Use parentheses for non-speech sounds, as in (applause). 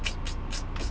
(noise)